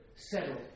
Settled